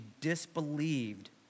disbelieved